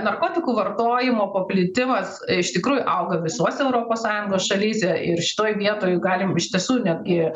narkotikų vartojimo paplitimas iš tikrųjų auga visuose europos sąjungos šalyse ir šitoj vietoj galim iš tiesų netgi